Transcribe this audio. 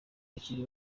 bakiri